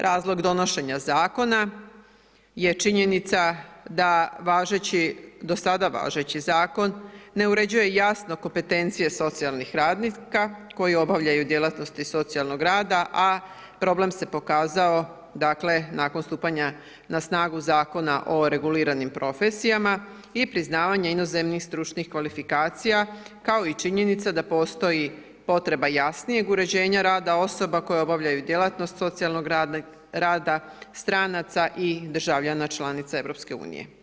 Razlog donošenja zakona je činjenica da važeći, do sada važeći zakon ne uređuje jasne kompetencije socijalnih radnika koje obavljaju djelatnosti socijalnog rada, a problem se pokazao nakon stupanja na snagu zakona o reguliranim profesijama i priznavanje inozemnih stručnih kvalifikacija, kao i činjenice da postoji potreba jasnijeg uređenja rada osoba koje obavljaju djelatnost socijalnog rada, stranaca i državljana članica EU.